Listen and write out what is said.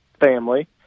family